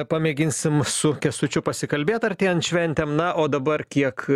pamėginsim su kęstučiu pasikalbėt artėjant šventėm na o dabar kiek